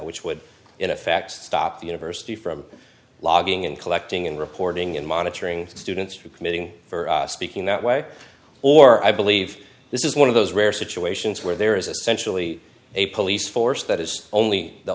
which would in effect stop the university from logging in collecting and reporting and monitoring students for committing for speaking that way or i believe this is one of those rare situations where there is a sensually a police force that is only the